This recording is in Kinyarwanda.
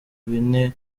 bine